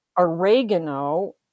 Oregano